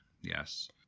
yes